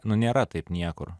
nu nėra taip niekur